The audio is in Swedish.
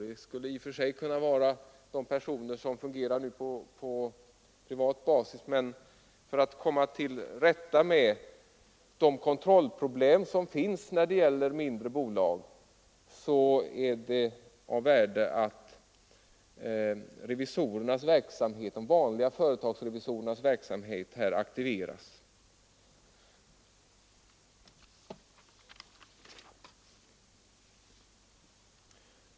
Det skulle i och för sig kunna vara de personer som nu fungerar på privat basis, men för att komma till rätta med de kontrollproblem som finns i fråga om mindre bolag är det viktigt att de vanliga företagsrevisorernas verksamhet aktiveras.